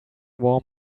warm